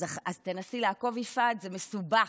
אז תנסי לעקוב, יפעת, זה מסובך: